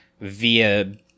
via